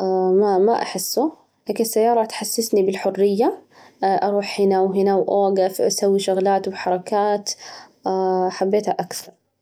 ما ما أحسه، لكن السيارة تحسسني بالحرية، أروح هنا وهنا ، وأوقف، أسوي شغلات، وحركات، حبيتها أكثر.